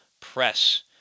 press